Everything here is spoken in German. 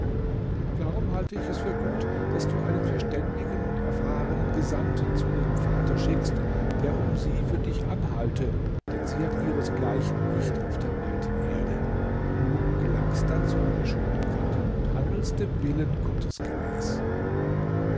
darum halte ich es für gut daß du einen verständigen und erfahrenen gesandten zu ihrem vater schickst der um sie für dich anhalte denn sie hat ihresgleichen nicht auf der weiten erde du gelangst dann zu einer schönen gattin und handelst dem willen gottes gemäß